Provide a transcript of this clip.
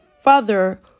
further